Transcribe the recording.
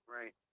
Right